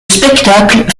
spectacle